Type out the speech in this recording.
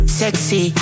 sexy